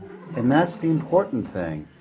and that's the important thing.